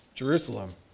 Jerusalem